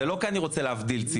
זה לא כי אני רוצה להבדיל ציבור.